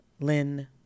Lynn